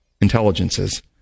intelligences